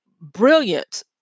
brilliant